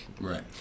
right